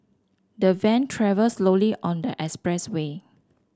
the van travelled slowly on the expressway